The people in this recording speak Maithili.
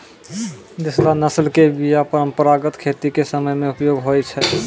देशला नस्ल के बीया परंपरागत खेती के समय मे उपयोग होय छै